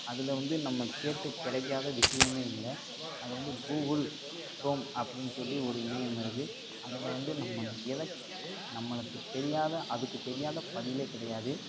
அதில் வந்து நம்ம கேட்டு கிடைக்காத விஷயமே இல்லை அதில் வந்து கூகுள் க்ரோம் அப்படின்னு சொல்லி ஒரு இணையம் இருக்குது அதில் வந்து நம்ம எதக் நம்மளுக்கு தெரியாத அதுக்கு தெரியாத பதிலே கிடையாது